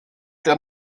der